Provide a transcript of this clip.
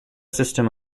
system